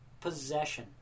possession